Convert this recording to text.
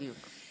בדיוק.